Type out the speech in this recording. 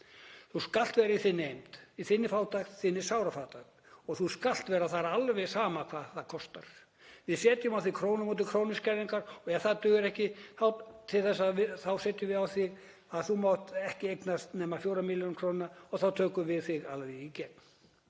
Þú skalt vera í þinni eymd, í þinni fátækt, þinni sárafátækt, og þú skalt vera þar alveg sama hvað það kostar. Við setjum á þig krónu á móti krónu skerðingu og ef það dugir ekki til þá setjum við á þig að þú mátt ekki eignast nema 4 milljónir og þá tökum við þig alveg í gegn.